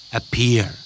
appear